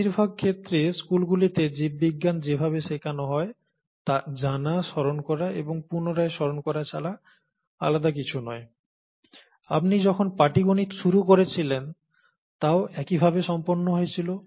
বেশিরভাগ ক্ষেত্রে স্কুলগুলিতে জীববিজ্ঞান যেভাবে শেখানো হয় তা জানা স্মরণ করা এবং পুনরায় স্মরণ করা ছাড়া আলাদা কিছু নয় আপনি যখন পাটিগণিত শুরু করেছিলেন তাও একইভাবে সম্পন্ন হয়েছিল